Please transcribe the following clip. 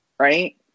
Right